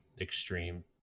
Extreme